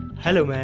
hello, ma'am.